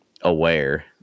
aware